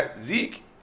Zeke